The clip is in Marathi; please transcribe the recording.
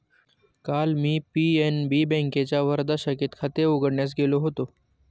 काल मी पी.एन.बी बँकेच्या वर्धा शाखेत खाते उघडण्यास गेलो होतो